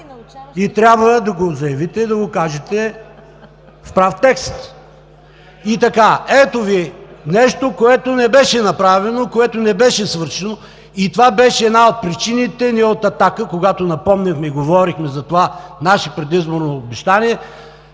трябва да го заявите и да го кажете в прав текст. И така, ето Ви нещо, което не беше направено, което не беше свършено и това беше една от причините ние от „Атака“, когато напомняхме и говорихме за това наше предизборно обещание,